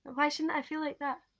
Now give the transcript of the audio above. why shouldn't i feel like that?